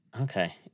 Okay